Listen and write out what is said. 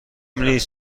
نیست